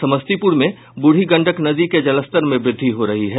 समस्तीपुर में बूढ़ी गंडक नदी के जलस्तर में वृद्धि हो रहा है